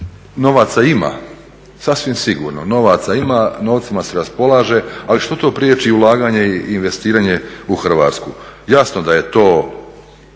novaca ima, sasvim sigurno, novaca ima, novcima se raspolaže, ali što to prijeći ulaganje i investiranje u Hrvatsku? Jasno da je to